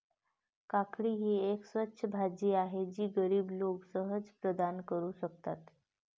काकडी ही एक स्वस्त भाजी आहे जी गरीब लोक सहज प्रदान करू शकतात